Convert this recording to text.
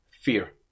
Fear